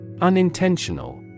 Unintentional